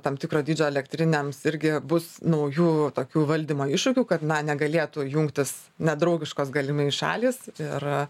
tam tikro dydžio elektrinėms irgi bus naujų tokių valdymo iššūkių kad na negalėtų jungtis nedraugiškos galimai šalys ir